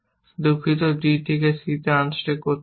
দুঃখিত d থেকে c unstack করতে চান